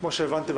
כמו שהבנתי,